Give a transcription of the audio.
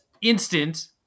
instant